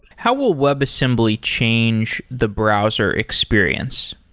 how will webassembly change the browser experience?